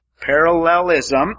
parallelism